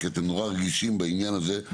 הזה, כי אתם נורא רגישים בעניין הזה.